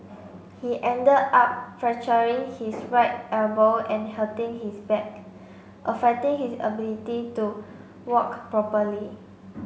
he ended up fracturing his right elbow and hurting his back affecting his ability to walk properly